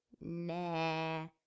Nah